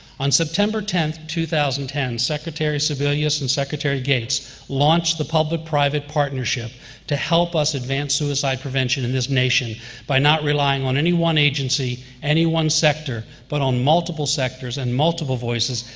on september tenth, two thousand and ten, secretary sebelius and secretary gates launched the public-private partnership to help us advance suicide prevention in this nation by not relying on any one agency, any one sector, but on multiple sectors, and multiple voices,